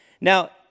Now